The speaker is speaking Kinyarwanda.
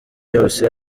yose